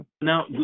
Now